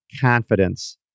confidence